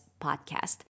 podcast